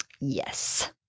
Yes